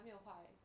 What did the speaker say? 还没有坏